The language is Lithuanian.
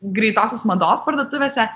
greitosios mados parduotuvėse